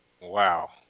wow